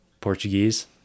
Portuguese